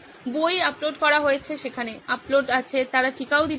বই আপলোড করা হয়েছে সেখানে আপলোড আছে তারা টীকাও দিতে পারবে